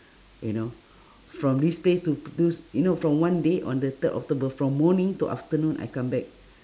you know from this space to p~ do s~ you know from one day on the third october from morning to afternoon I come back